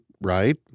right